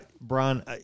Brian